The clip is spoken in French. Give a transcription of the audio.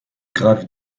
grave